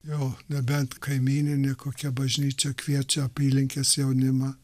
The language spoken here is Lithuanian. jo nebent kaimyninė kokia bažnyčia kviečia apylinkės jaunimą